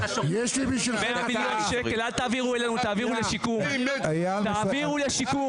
דברי סיכום מנכל משרד הביטחון, תנו לו לדבר.